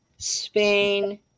Spain